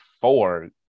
four